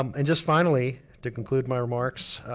um and just finally, to conclude my remarks,